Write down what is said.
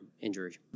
injury